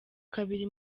kabiri